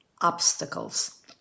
obstacles